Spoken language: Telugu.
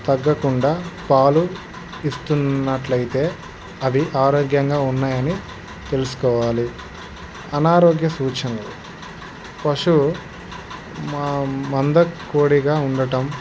తగ్గకుండా పాలు ఇస్తున్నట్లయితే అవి ఆరోగ్యంగా ఉన్నాయని తెలుసుకోవాలి అనారోగ్య సూచనలు పశువు మంద కోడిగా ఉండటం